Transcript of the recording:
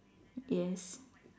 yes